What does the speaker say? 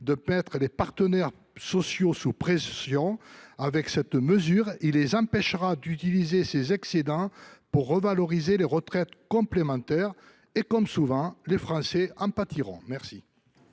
de mettre les partenaires sociaux sous pression ; enfin, il les empêchera d’utiliser ces excédents pour revaloriser les retraites complémentaires : comme souvent, les Français en pâtiront. La